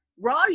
Raj